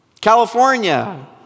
California